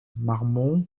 marmont